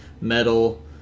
Metal